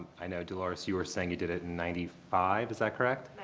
i know, delores, you were saying you did it in ninety five is that correct?